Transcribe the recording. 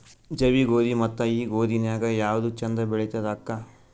ಜವಿ ಗೋಧಿ ಮತ್ತ ಈ ಗೋಧಿ ನ್ಯಾಗ ಯಾವ್ದು ಛಂದ ಬೆಳಿತದ ಅಕ್ಕಾ?